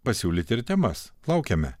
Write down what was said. pasiūlyti ir temas laukiame